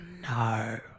no